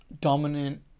dominant